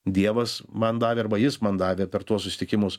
dievas man davė arba jis man davė per tuos susitikimus